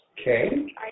Okay